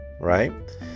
right